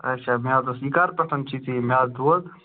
اَچھا میٛادس یہِ کَر پٮ۪ٹھ چھی ژےٚ یہِ میٛادٕ دود